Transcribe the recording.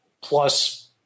plus